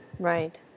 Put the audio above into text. Right